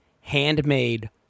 handmade